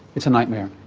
it's a nightmare.